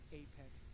apex